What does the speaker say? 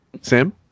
Sam